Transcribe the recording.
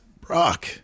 Brock